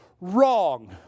Wrong